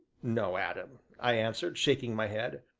no, adam, i answered, shaking my head,